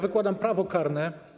Wykładam prawo karne.